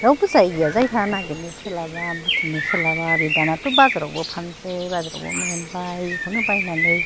रावबो जायै गैया जायहा नागेरनो सोलाबा बुथुमनो सोलाबा बे दानाथ' बाजारावबो फानसै बाजारावबो मोनबाय बेखौनो बायनानै